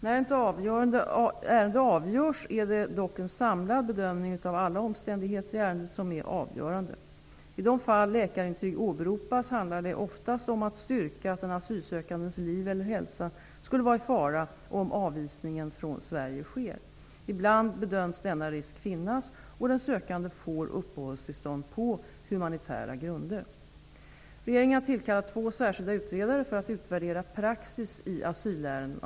När ett ärende avgörs är det dock en samlad bedömning av alla omständigheter i ärendet som är avgörande. I de fall läkarintyg åberopas handlar det oftast om att styrka att den asylsökandes liv eller hälsa skulle vara i fara om avvisning från Sverige sker. Ibland bedöms denna risk finnas, och den sökande får uppehållstillstånd på humanitära grunder. Regeringen har tillkallat två särskilda utredare för att utvärdera praxis i asylärenden.